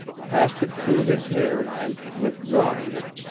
passed it through his hair and, withdrawing it,